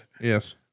Yes